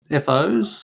FOs